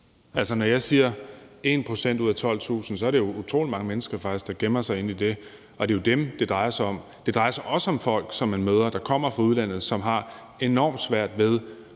nævner, at det er 1 pct. ud af 12.000, så er det jo faktisk utrolig mange mennesker, der gemmer sig bag det tal, og det er jo dem, det drej er sig om. Det drejer sig også om folk, som man møder, der kommer fra udlandet, som har enormt svært ved